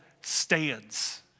stands